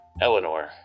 Eleanor